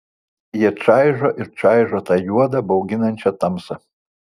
jie čaižo ir čaižo tą juodą bauginančią tamsą